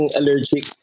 allergic